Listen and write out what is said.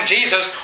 Jesus